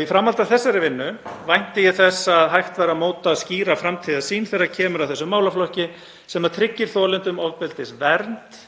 Í framhaldi af þessari vinnu vænti ég þess að hægt verði að móta skýra framtíðarsýn þegar kemur að þessum málaflokki sem tryggir þolendum ofbeldis vernd,